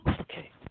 Okay